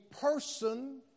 person